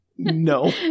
no